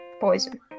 poison